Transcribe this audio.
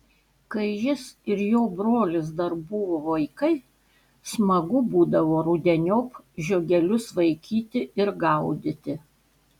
kai jis ir jo brolis dar buvo vaikai smagu būdavo rudeniop žiogelius vaikyti ir gaudyti